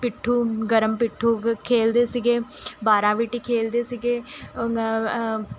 ਪਿੱਠੂ ਗਰਮ ਪਿੱਠੂ ਖੇਡਦੇ ਸੀਗੇ ਬਾਰਾਂ ਵੀਟੀ ਖੇਡਦੇ ਸੀਗੇ